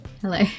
Hello